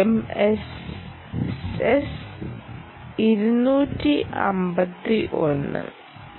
MCS 251